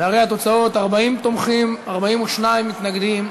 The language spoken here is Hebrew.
והרי התוצאות: 40 תומכים, 42 מתנגדים.